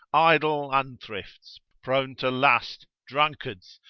idle, unthrifts, prone to lust, drunkards,